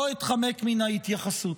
לא אתחמק מן ההתייחסות.